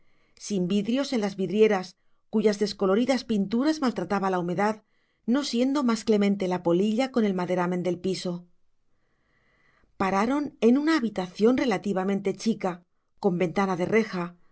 sin vidrios en las vidrieras cuyas descoloridas pinturas maltrataba la humedad no siendo más clemente la polilla con el maderamen del piso pararon en una habitación relativamente chica con ventana de reja